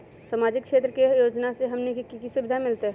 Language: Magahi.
सामाजिक क्षेत्र के योजना से हमनी के की सुविधा मिलतै?